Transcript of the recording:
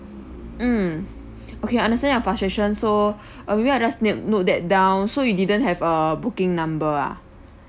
mm okay understand your frustration so uh maybe I just note note that down so you didn't have a booking number ah